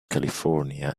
california